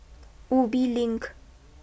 Ubi Link